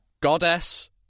Goddess